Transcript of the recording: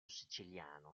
siciliano